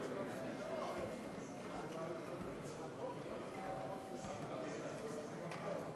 הרי התוצאות, 36 תומכים,